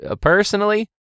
Personally